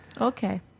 okay